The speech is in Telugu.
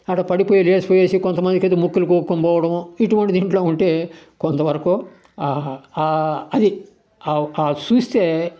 అట్ట పడిపోయి లేసిపోయేసి కొంతమందికి అయితే ముక్కులు గోక్కోని పోవడము ఇటువంటిది ఇట్లా ఉంటే కొంత వరకు ఆ అది చూస్తే